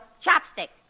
chopsticks